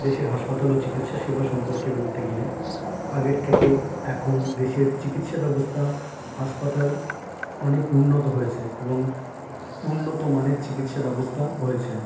দেশের হাসপাতাল ও চিকিৎসা সেবা সম্পর্কে বলতে গেলে আগের থেকে এখন দেশের চিকিৎসা ব্যবস্থা হাসপাতাল অনেক উন্নত হয়েছে এবং উন্নত মানের চিকিৎসা ব্যবস্থা হয়েছে